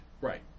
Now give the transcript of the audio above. Right